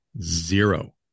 zero